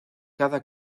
cada